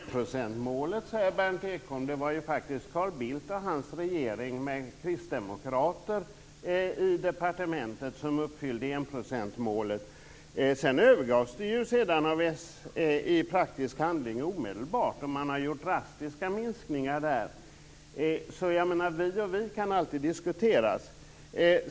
Herr talman! Vi uppfyllde enprocentsmålet, säger Berndt Ekholm. Det var ju faktiskt Carl Bildt och hans regering med kristdemokrater i departementet som uppfyllde enprocentsmålet. Sedan övergavs det omedelbart i praktisk handling av Socialdemokraterna. Man har gjort drastiska minskningar i fråga om detta. Jag menar därför att vi och vi kan alltid diskuteras.